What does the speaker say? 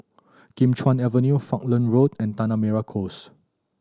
Kim Chuan Avenue Falkland Road and Tanah Merah Coast